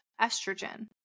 estrogen